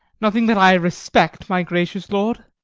nothing that i respect, my gracious lord.